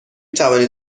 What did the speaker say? توانید